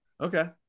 Okay